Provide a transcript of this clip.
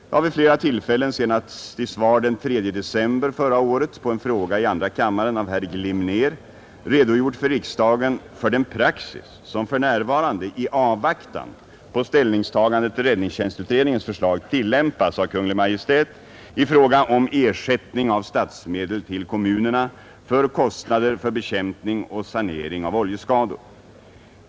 Jag har vid flera tillfällen, senast i svar den 3 december förra året på en fråga i andra kammaren av herr Glimnér, redogjort för riksdagen för den praxis som för närvarande — i avvaktan på ställningstagande till räddningstjänstutredningens förslag — tillämpas av Kungl. Maj:t i fråga om ersättning av statsmedel till kommunerna för kostnader för bekämpning och sanering av oljeskador.